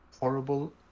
horrible